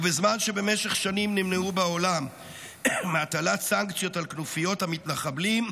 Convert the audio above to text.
ובזמן שבמשך שנים נמנעו בעולם מהטלת סנקציות על כנופיות המתנחבלים,